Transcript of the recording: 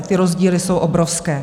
Ty rozdíly jsou obrovské.